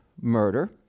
murder